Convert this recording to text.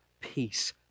peace